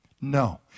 No